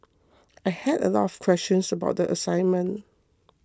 I had a lot of questions about the assignment